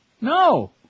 No